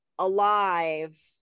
alive